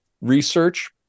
research